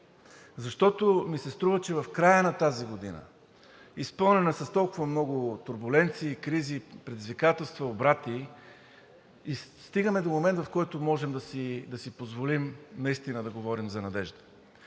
Защото ми се струва, че в края на тази година, изпълнена с толкова много турбуленции, кризи, предизвикателства, обрати, стигаме до момент, в който можем да си позволим наистина да говорим за надеждата.